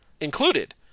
Included